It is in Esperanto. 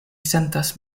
sentas